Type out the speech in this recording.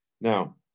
Now